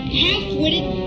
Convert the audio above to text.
half-witted